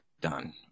done